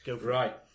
Right